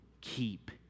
keep